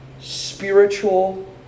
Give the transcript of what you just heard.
Spiritual